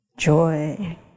joy